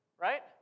Right